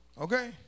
Okay